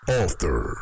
author